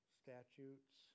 statutes